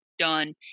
done